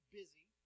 busy